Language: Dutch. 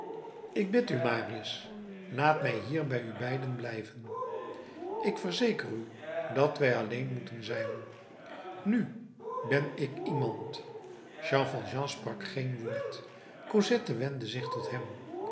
ik bid u marius laat mij hier bij u beiden blijven ik verzeker u dat wij alleen moeten zijn nu ben ik iemand jean valjean sprak geen woord cosette wendde zich tot hem